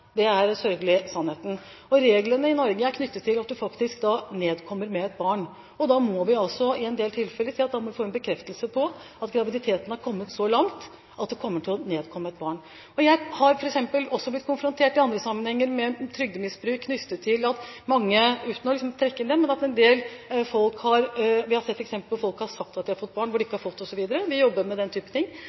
Det er den sørgelige sannheten. Reglene i Norge er knyttet til at du faktisk nedkommer med et barn, og da må vi i en del tilfeller si at vi må få en bekreftelse på at graviditeten har kommet så langt at man kommer til å nedkomme med et barn. Jeg har f.eks. også blitt konfrontert i andre sammenhenger med trygdemisbruk knyttet til – uten å trekke inn det – at folk har sagt at de har fått barn når de ikke har fått det osv. Vi jobber med den type ting.